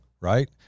right